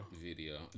...video